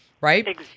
right